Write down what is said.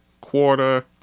quarter